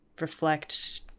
reflect